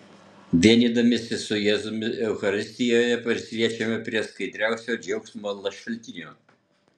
vienydamiesi su jėzumi eucharistijoje prisiliečiame prie skaidriausio džiaugsmo šaltinio